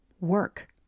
work